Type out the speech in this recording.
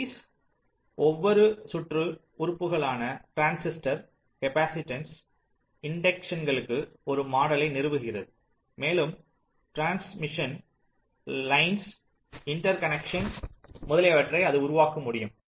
ஸ்பீஸ் ஒவ்வொரு சுற்று உறுப்புகளான டிரான்சிஸ்டர் காப்பாசிட்டன்ஸ் இண்டக்டன்ஸ்களுக்கு ஒரு மாடலை நிறுவுகிறது மேலும் ட்ரான்ஸ்மிஷசன் லைன்ஸ் இன்டர்கனெக்சன் முதலியவற்றை அது உருவாக்க முடியும்